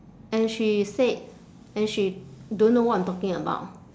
and she said and she don't know what I'm talking about